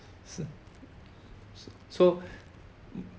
s~ so so